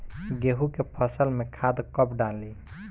गेहूं के फसल में खाद कब डाली?